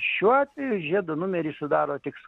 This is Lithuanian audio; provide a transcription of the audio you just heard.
šiuo atveju žiedo numerį sudaro tik skaičių darė